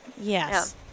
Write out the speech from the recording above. Yes